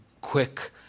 quick